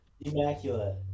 Immaculate